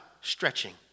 stretching